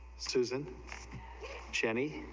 susan jenny